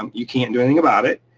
um you can't do anything about it.